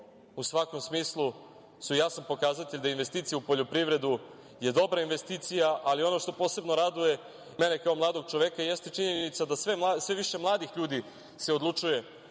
u svakom smislu su jasan pokazatelj da investicija u poljoprivredu je dobra investicija, ali ono što posebno raduje i mene kao mladog čoveka jeste činjenica da se sve više mladih ljudi odlučuje